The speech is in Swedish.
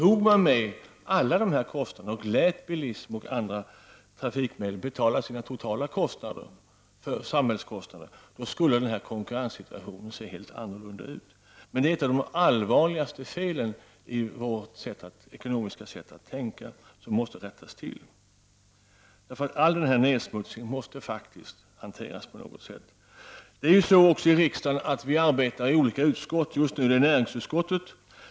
Om man tog med alla dessa kostnader och lät bilismen och andra trafikmedel betala sina totala samhällskostnader, skulle denna konkurrenssi tuation se helt annorlunda ut. Men det är inte bara de allvarligaste felen i vårt sätt att tänka som måste rättas till. All denna nedsmutsning måste faktiskt hanteras på något sätt. I riksdagen arbetar vi i olika utskott. Just nu behandlas ett betänkande från näringsutskottet.